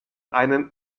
einen